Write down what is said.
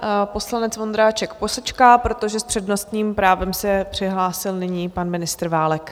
Pan poslanec Vondráček ještě posečká, protože s přednostním právem se přihlásil nyní pan ministr Válek.